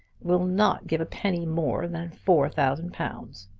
will not give a penny more than four thousand pounds.